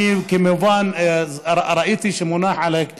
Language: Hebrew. אני כמובן ראיתי שמונחת,